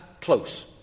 close